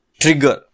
trigger